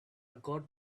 got